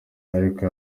ariko